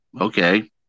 Okay